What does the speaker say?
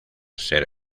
ser